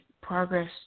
progress